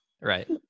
Right